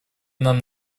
нам